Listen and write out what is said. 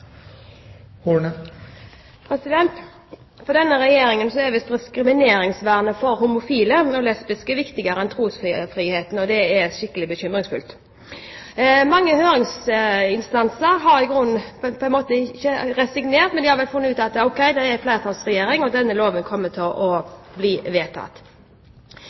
diskrimineringsvernet for homofile og lesbiske viktigere enn trosfriheten. Det er skikkelig bekymringsfullt. Mange høringsinstanser har kanskje ikke resignert, men de har funnet ut at ok, det er flertallsregjering, og denne loven vil komme til å bli vedtatt.